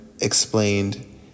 explained